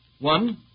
One